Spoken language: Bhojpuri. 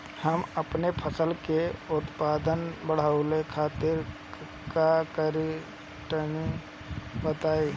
हम अपने फसल के उत्पादन बड़ावे खातिर का करी टनी बताई?